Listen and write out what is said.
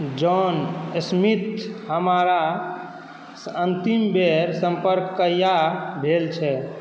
John Smith हमारा अन्तिम बेर सम्पर्क कहिआ भेल छै